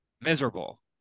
miserable